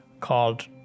called